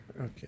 Okay